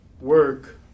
Work